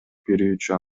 берүүчү